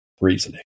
reasoning